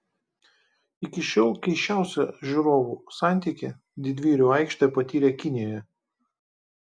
iki šiol keisčiausią žiūrovo santykį didvyrių aikštė patyrė kinijoje